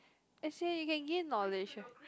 as in you can gain knowledge